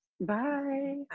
bye